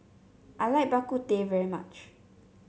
I like Bak Kut Teh very much